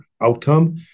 outcome